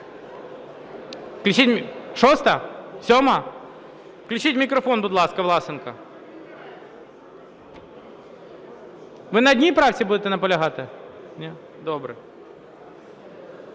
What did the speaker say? Ви на одній правці будете наполягати? Ні, добре.